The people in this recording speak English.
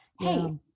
hey